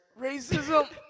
racism